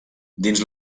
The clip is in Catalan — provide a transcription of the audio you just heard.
dins